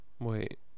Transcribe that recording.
Wait